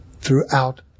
throughout